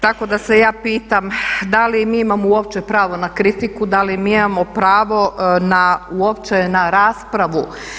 Tako da se ja pitam da li mi imamo uopće pravo na kritiku, da li mi imamo pravo na uopće na raspravu.